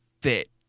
fit